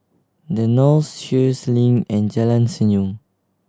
The Knolls Sheares Link and Jalan Senyum